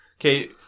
Okay